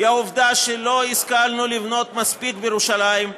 היא העובדה שלא השכלנו לבנות מספיק בירושלים,